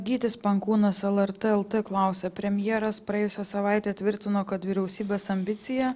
gytis pankūnas lrt lt klausia premjeras praėjusią savaitę tvirtino kad vyriausybės ambicija